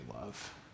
love